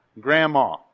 Grandma